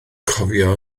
cofio